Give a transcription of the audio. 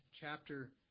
chapter